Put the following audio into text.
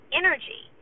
energy